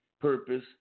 purpose